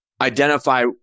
identify